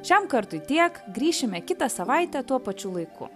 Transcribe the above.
šiam kartui tiek grįšime kitą savaitę tuo pačiu laiku